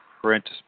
print